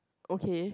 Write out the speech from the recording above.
okay